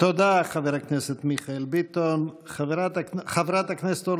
תודה, חבר הכנסת מיכאל ביטון.